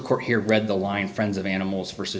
court here read the line friends of animals versus